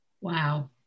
Wow